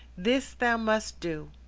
this thou must do.